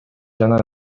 жана